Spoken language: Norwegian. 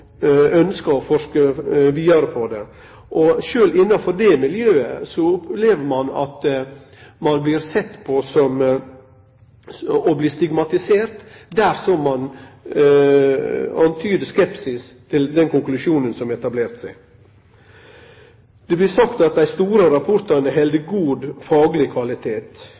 å forske vidare på det. Sjølv innafor det miljøet opplever ein at ein blir stigmatisert dersom ein antydar skepsis til den konklusjonen som har etablert seg. Det blir sagt at dei store rapportane held god fagleg kvalitet.